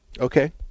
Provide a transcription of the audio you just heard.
okay